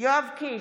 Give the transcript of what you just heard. בהצבעה יואב קיש,